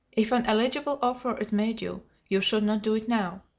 if an eligible offer is made you, you should not do it now.